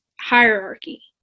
hierarchy